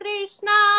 Krishna